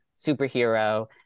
superhero